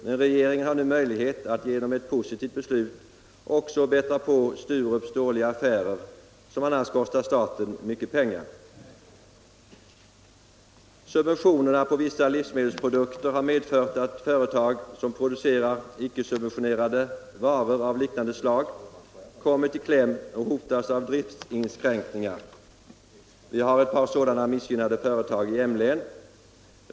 Men regeringen har möjlighet att genom ett positivt beslut också bättra på Sturups dåliga affärer som annars kostar staten mycket pengar. Subventionerna på vissa livsmedelsprodukter har medfört att företag som producerar icke subventionerade varor av liknande slag kommit i kläm och hotas av driftinskränkningar. Vi har ett par sådana missgynnade företag i Malmöhus län.